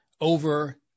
over